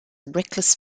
reckless